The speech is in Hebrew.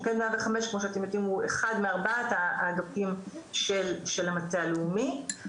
מוקד 105 כמו שאתם יודעים הוא אחד מארבעת האגפים של המטה הלאומי.